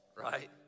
right